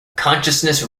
consciousness